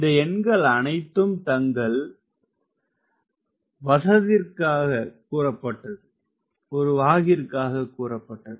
இந்த எண்கள் அனைத்தும் தங்கள் வாகிற்காகவும் வசதிக்காகவும் கூறப்பட்டது